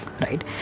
right